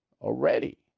Already